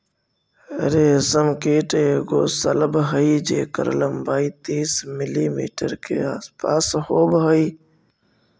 रेशम कीट एगो शलभ हई जेकर लंबाई तीस मिलीमीटर के आसपास होब हई